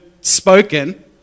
spoken